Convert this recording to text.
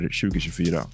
2024